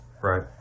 right